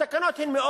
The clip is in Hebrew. לא נכון.